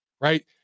Right